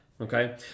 Okay